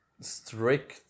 Strict